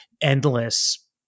endless